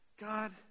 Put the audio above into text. God